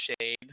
shade